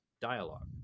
dialogue